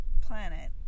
planet